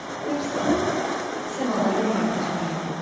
there's some similarity between